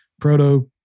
proto